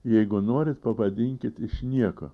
jeigu norit pavadinkit iš nieko